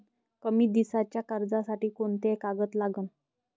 कमी दिसाच्या कर्जासाठी कोंते कागद लागन?